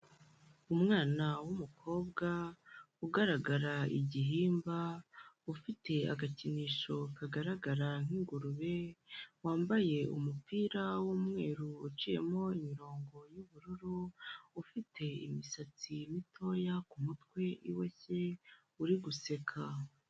Umwana w'umukobwa ugaragara igihimba, ufite agakinisho kagaragara nk'ingurube, wambaye umupira w'umweru uciyemo imirongo y'ubururu, ufite imisatsi mitoya ku mutwe iboshye, uri guseka.